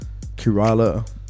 Kerala